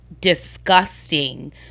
Disgusting